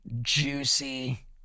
juicy